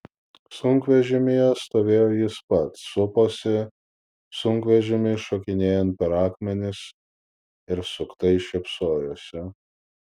sunkvežimyje stovėjo jis pats suposi sunkvežimiui šokinėjant per akmenis ir suktai šypsojosi